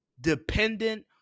dependent